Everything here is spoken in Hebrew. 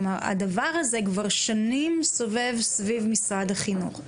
כלומר, הדבר הזה כבר שנים סובב סביב משרד החינוך.